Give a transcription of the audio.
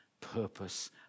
purpose